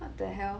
what the hell